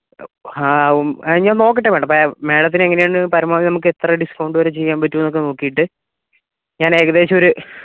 ഹാ ഞാൻ നോക്കട്ടെ മാഡം മേഡത്തിന് എങ്ങനെയാണ് പരമാവധി നമുക്ക് എത്ര ഡിസ്കൗണ്ട് വരെ ചെയ്യാൻ പറ്റും എന്നൊക്കെ നോക്കിയിട്ട് ഞാൻ ഏകദേശം ഒരു